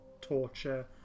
torture